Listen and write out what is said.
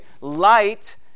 light